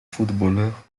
footballeur